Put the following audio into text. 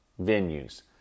venues